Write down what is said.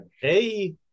hey